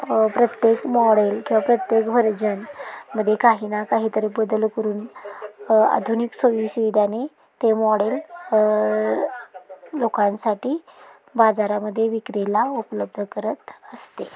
प्रत्येक मॉडेल किंवा प्रत्येक व्हर्जनमध्ये काही ना काही तरी बदल करून आधुनिक सोयीसुविधाने ते मॉडेल लोकांसाठी बाजारामध्ये विक्रीला उपलब्ध करत असते